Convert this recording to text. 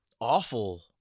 awful